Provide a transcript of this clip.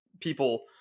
people